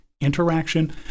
interaction